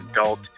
adult